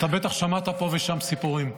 אתה בטח שמעת פה ושם סיפורים.